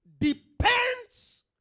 depends